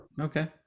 Okay